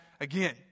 again